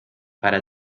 para